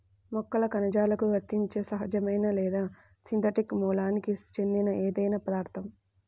మొక్కల కణజాలాలకు వర్తించే సహజమైన లేదా సింథటిక్ మూలానికి చెందిన ఏదైనా పదార్థం